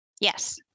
Yes